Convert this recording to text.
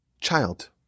child